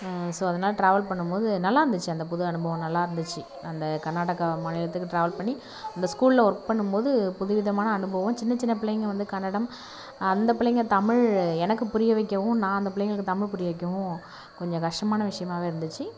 so அதெலாம் travel பண்ணும் போது நல்லா இருந்துச்சு அந்த புது அனுபவம் நல்லா இருந்துச்சு அந்த கர்நாடகா மாநிலத்துக்கு டிராவல் பண்ணி அந்த ஸ்கூலில் ஒர்க் பண்ணும் போது புதுவிதமான அனுபவம் சின்ன சின்ன பிள்ளைங்கள் வந்து கன்னடம் அந்த பிள்ளைங்கள் தமிழ் எனக்கு புரிய வைக்கவும் நான் அந்த பிள்ளைங்களுக்கு தமிழ் புரிய வைக்கவும் கொஞ்சம் கஷ்டமான விஷயமாவே இருந்துச்சு